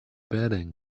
bedding